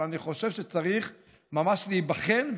אבל אני חושב שצריך ממש להיבחן,